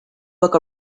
book